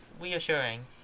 reassuring